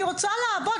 אני רוצה לעבוד,